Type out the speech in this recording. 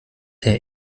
der